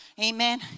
Amen